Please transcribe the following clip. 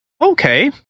okay